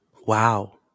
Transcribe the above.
wow